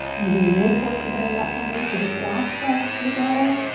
maybe reinforce the bend in that front knee for this last breath. you got it.